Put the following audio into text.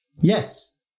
Yes